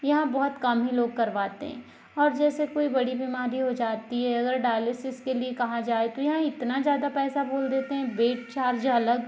यहाँ बहुत कम ही लोग करवाते हैं और जैसे कोई बड़ी बीमारी हो जाती है अगर डायलिसिस के लिए कहा जाए तो यहाँ इतना ज़्यादा पैसा बोल देते हैं बेड चार्ज अलग